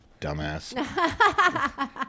Dumbass